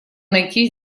найти